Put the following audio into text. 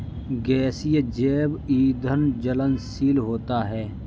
गैसीय जैव ईंधन ज्वलनशील होता है